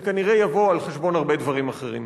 זה כנראה יבוא על חשבון הרבה דברים אחרים.